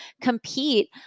compete